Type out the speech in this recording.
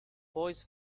boys